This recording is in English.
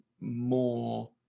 more